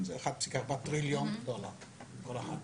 1.4 טריליון דולר כל אחת.